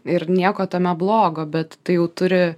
ir nieko tame blogo bet tai jau turi